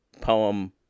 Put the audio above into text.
poem